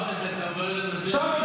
אמרת שאתה עובר לנושא אחר.